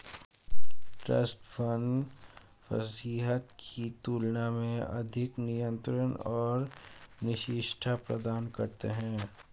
trust fund वसीयत की तुलना में अधिक नियंत्रण और विशिष्टता प्रदान करते हैं